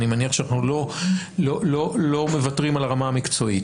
אני מניח שאנחנו לא מוותרים על הרמה המקצועית.